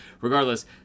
regardless